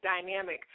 dynamic